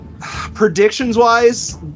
predictions-wise